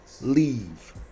Leave